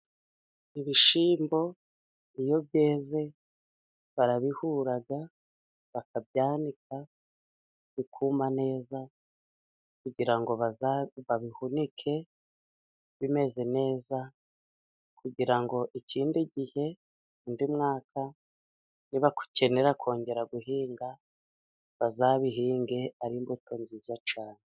Ibishyimbo iyo byeze barabihura, bakabyanika, bikuma neza kugira go baza babihunike bimeze neza, kugira ngo ikindi gihe ,undi mwaka nibagukenera kongera guhinga bazabihinge ari imbuto nziza cyane.